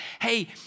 hey